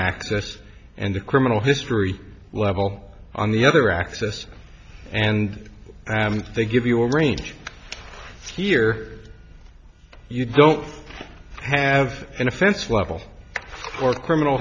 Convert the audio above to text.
access and the criminal history level on the other access and they give you a range here you don't have an offense level or criminal